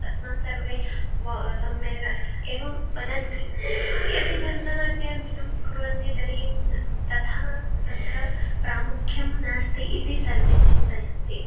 अस्मान् सर्वे व सम्मानम् एवं वदन्ति यदि भरतनाट्यादिकं कुर्वन्ति तर्हि तथा तत्र प्रामुख्यं नास्ति इति सर्वे चिन्तयन्ति